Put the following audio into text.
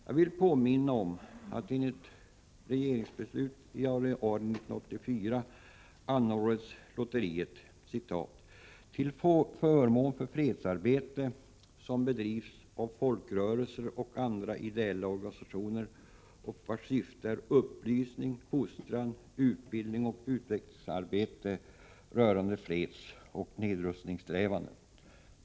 Jag vill påminna om att enligt regeringsbeslut i januari 1984 anordnades lotteriet ”till förmån för fredsarbete, som bedrivs av folkrörelser och andra ideella organisationer och vars syfte är upplysning, fostran, utbildning och utvecklingsarbete rörande fredsoch nedrustningssträvanden”.